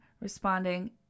responding